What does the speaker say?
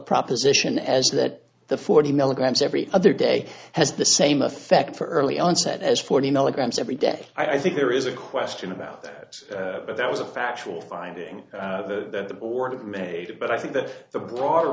proposition as that the forty milligrams every other day has the same effect for early onset as forty milligrams every day i think there is a question about that but that was a factual finding that the board made but i think that the broader